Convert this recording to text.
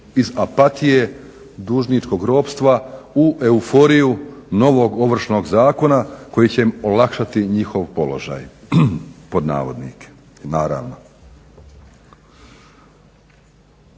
iz apatije, dužničkog ropstva u euforiju novog Ovršnog zakona koji će im olakšati njihov položaj, pod navodnike, naravno.